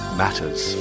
matters